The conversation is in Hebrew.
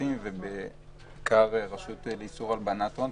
המשפטים ובעיקר הרשות לאיסור הלבנת הון,